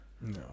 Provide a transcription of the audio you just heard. No